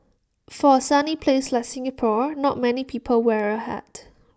for A sunny place like Singapore not many people wear A hat